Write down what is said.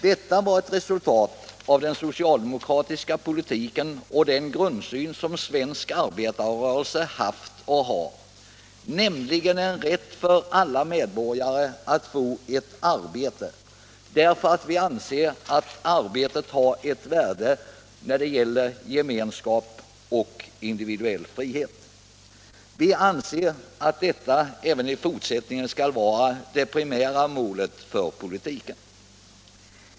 Detta var ett resultat av den socialdemokratiska politiken och den grundsyn som svensk arbetarrörelse haft och har, nämligen att alla medborgare har rätt att få ett arbete, därför att vi anser att arbetet har ett värde när det gäller gemenskap och individuell frihet. Vi hävdar att detta även i fortsättningen skall vara det primära målet för politiken.